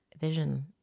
vision